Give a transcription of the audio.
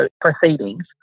proceedings